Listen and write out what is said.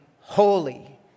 holy